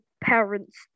parents